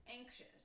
anxious